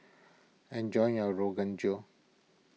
enjoy your Rogan Josh